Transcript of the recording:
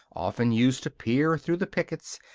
often used to peer through the pickets,